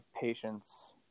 patience